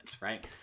right